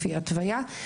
לפי ההתוויה,